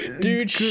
dude